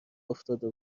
افتاده